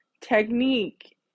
technique